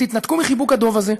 תתנתקו מחיבוק הדוב הזה.